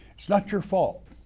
it's not your fault.